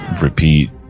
repeat